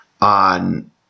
on